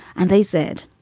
and they said,